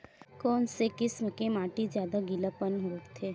कोन से किसम के माटी ज्यादा गीलापन रोकथे?